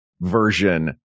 version